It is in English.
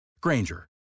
Granger